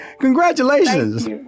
Congratulations